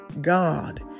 God